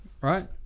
Right